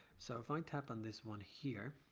so if i tap on this one here